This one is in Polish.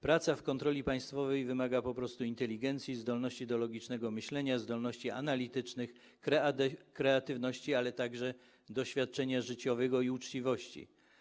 Praca w kontroli państwowej wymaga po prostu inteligencji, zdolności do logicznego myślenia, zdolności analitycznych, kreatywności, a także doświadczenia życiowego i uczciwości.